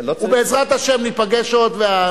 ובעזרת השם ניפגש עוד.